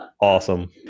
Awesome